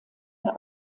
der